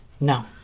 no